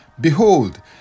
Behold